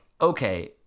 Okay